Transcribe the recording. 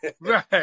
Right